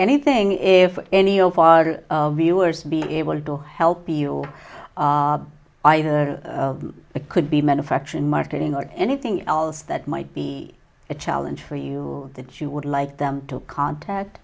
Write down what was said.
anything if any of our viewers be able to help you are either it could be manufacturing marketing or anything else that might be a challenge for you that you would like them to contact